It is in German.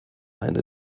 eine